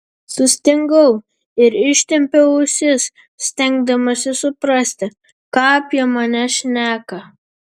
sustingau ir ištempiau ausis stengdamasis suprasti ką apie mane šneka